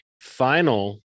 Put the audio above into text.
final